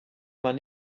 man